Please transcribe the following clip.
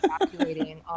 evacuating